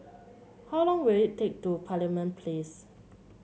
how long will it take to Parliament Place